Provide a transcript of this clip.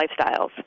lifestyles